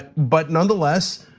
but nonetheless,